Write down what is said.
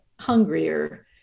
hungrier